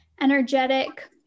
energetic